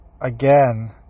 again